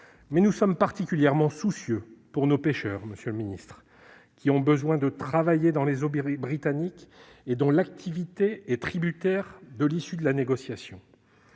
mais nous sommes particulièrement soucieux pour nos pêcheurs, qui ont besoin de pouvoir travailler dans les eaux britanniques et dont l'activité est tributaire de l'issue de la négociation.